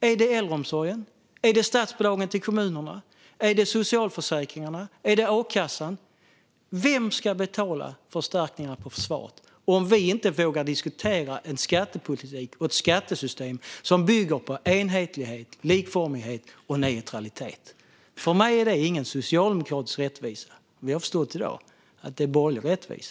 Är det äldreomsorgen? Är det statsbidragen till kommunerna? Är det socialförsäkringarna? Är det a-kassan? Vem ska betala för förstärkningarna av försvaret om vi inte vågar diskutera en skattepolitik och ett skattesystem som bygger på enhetlighet, likformighet och neutralitet? För mig är detta ingen socialdemokratisk rättvisa, men i dag har jag förstått att det är borgerlig rättvisa.